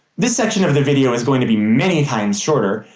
this section of the video is going to be many times shorter,